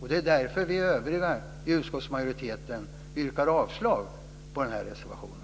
Det är därför vi övriga i utskottsmajoriteten yrkar avslag på reservationen.